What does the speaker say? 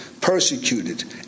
persecuted